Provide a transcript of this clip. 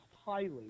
highly